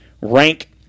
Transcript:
rank